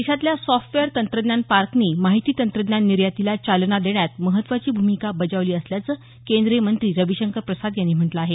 देशातल्या सॉफ्टवेअर तंत्रज्ञान पार्कनी माहिती तंत्रज्ञान निर्यातीला चालना देण्यात महत्वाची भूमिका बजावली असल्याचं केंद्रीय मंत्री रविशंकर प्रसाद यांनी म्हटलं आहे